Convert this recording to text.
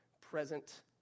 present